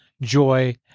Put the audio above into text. joy